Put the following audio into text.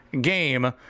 game